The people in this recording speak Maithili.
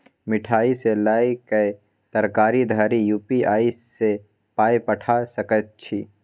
मिठाई सँ लए कए तरकारी धरि यू.पी.आई सँ पाय पठा सकैत छी